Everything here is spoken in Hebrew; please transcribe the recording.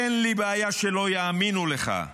אין לי בעיה שלא יאמינו לך,